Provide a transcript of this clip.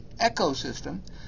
ecosystem